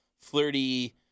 flirty